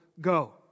go